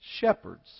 shepherds